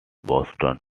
boston